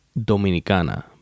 Dominicana